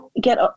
get